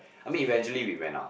I mean eventually we went out